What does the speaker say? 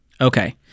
Okay